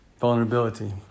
vulnerability